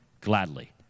gladly